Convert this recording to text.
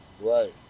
Right